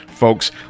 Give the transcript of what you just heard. Folks